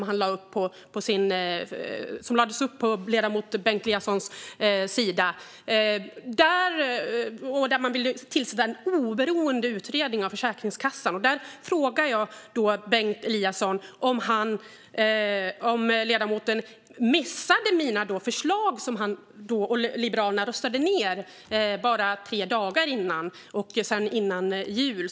Han vill tillsätta en oberoende utredning av Försäkringskassan. Missade Bengt Eliasson mina förslag som Liberalerna röstade ned tre dagar före jul?